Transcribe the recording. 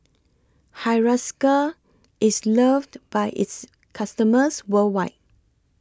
Hiruscar IS loved By its customers worldwide